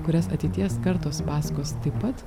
kurias ateities kartos pasakos taip pat